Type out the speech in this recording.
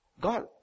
God